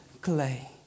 clay